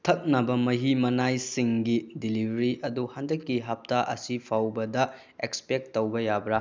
ꯊꯛꯅꯕ ꯃꯍꯤ ꯃꯅꯥꯏꯁꯤꯡꯒꯤ ꯗꯤꯂꯤꯕꯔꯤ ꯑꯗꯨ ꯍꯟꯗꯛꯀꯤ ꯍꯞꯇꯥ ꯑꯁꯤꯐꯥꯎꯕꯗ ꯑꯦꯁꯄꯦꯛ ꯇꯧꯕ ꯌꯥꯕ꯭ꯔꯥ